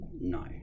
No